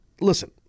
listen